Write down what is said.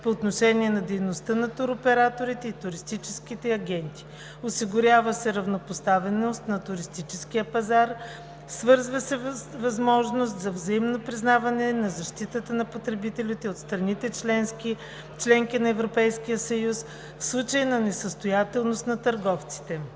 по отношение на дейността на туроператорите и туристическите агенти. Осигурява се равнопоставеност на туристическия пазар, създава се възможност за взаимно признаване на защитата на потребителите от страните – членки на Европейския съюз, в случай на несъстоятелност на търговците.